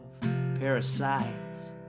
parasites